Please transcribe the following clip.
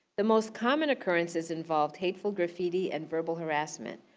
the most common occurrence has involved hateful graffiti and verbal harassment,